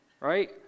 right